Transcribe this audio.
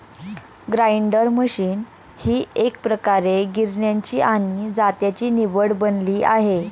grinder machine ही एकप्रकारे गिरण्यांची आणि जात्याची निवड बनली आहे